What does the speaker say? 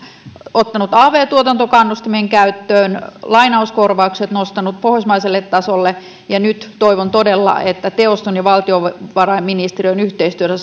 ottanut av tuotantokannustimen käyttöön nostanut lainauskorvaukset pohjoismaiselle tasolle ja toivon todella että nyt teoston ja valtiovarainministeriön yhteistyöllä